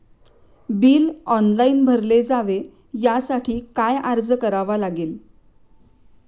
Bill online भरले जावे यासाठी काय अर्ज करावा लागेल?